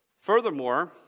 Furthermore